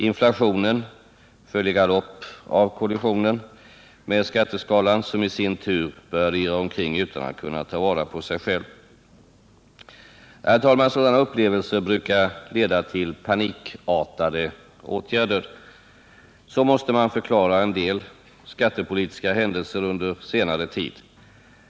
Inflationen föll i galopp efter kollisionen med skatteskalan, som i sin tur började irra omkring utan att kunna ta vara på sig själv. Herr talman! Sådana upplevelser brukar leda till panikartade åtgärder. Så måste man också förklara en del skattepolitiska händelser under senare tid.